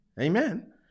Amen